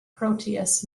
proteus